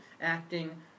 acting